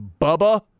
Bubba